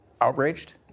Outraged